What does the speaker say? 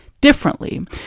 differently